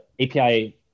API